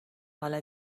حالا